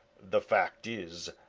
the fact is,